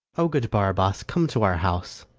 o good barabas, come to our house!